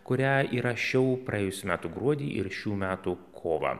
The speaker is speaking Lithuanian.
kurią įrašiau praėjusių metų gruodį ir šių metų kovą